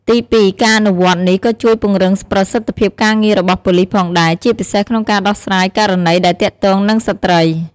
ទីពីរ ការអនុវត្តនេះក៏ជួយ ពង្រឹងប្រសិទ្ធភាពការងាររបស់ប៉ូលិសផងដែរ ជាពិសេសក្នុងការដោះស្រាយករណីដែលទាក់ទងនឹងស្ត្រី។